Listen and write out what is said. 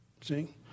See